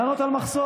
למה אתה על מחסור?